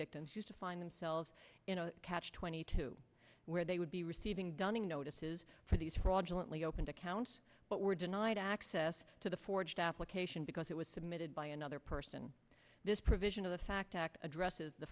victims used to find themselves in a catch twenty two where they would be receiving dunning notices for these fraudulent lee opened accounts but were denied access to the forged application because it was submitted by another person this provision of the fact addresses the